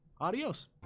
Adios